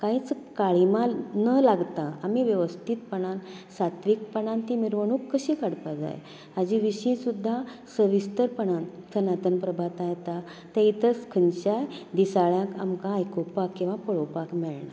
कांयच काळिमा न लागता आमी वेवस्थीतपणान सात्विकपणान ती मिरवणूक कशी काडपाक जाय हाजी विशी सुद्दां सविस्तर पणान सनातन प्रभातान येता तें इतर खंयच्याय दिसाळ्यान आमकां आयकूपाक किंवां पळोवपाक मेळना